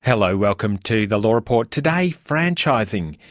hello, welcome to the law report. today, franchising.